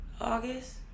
august